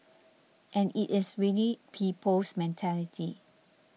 and it is really people's mentality